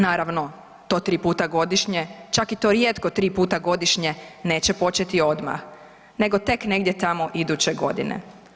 Naravno, to 3 puta godišnje, čak i to rijetko 3 puta godišnje neće početi odmah, nego tek negdje tamo iduće godine.